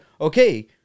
okay